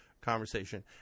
conversation